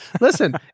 Listen